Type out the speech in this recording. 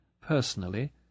personally